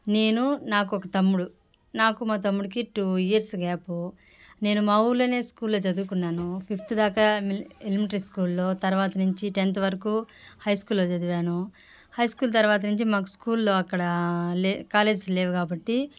నేను నాకొక తమ్ముడు నాకు మా తమ్ముడికి టూ ఇయర్స్ గ్యాపు నేను మా ఊర్లోనే స్కూల్లోనే చదువుకున్నాను ఫిఫ్త్ దాకా మిలి ఎలిమెంటరీ స్కూల్లో తర్వాత నుంచి టెన్త్ వరకు హై స్కూల్లో చదివాను హై స్కూల్ తర్వాత నుంచి మాకు స్కూల్లో అక్కడా లే కాలేజ్ లేవు కాబట్టి